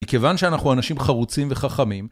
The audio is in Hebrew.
מכיוון שאנחנו אנשים חרוצים וחכמים.